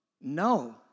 no